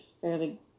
fairly